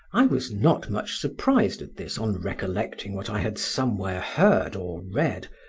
i was not much surprised at this on recollecting what i had somewhere heard or read,